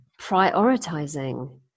prioritizing